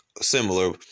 similar